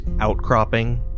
outcropping